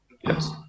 Yes